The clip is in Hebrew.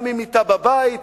גם אם מיטה בבית,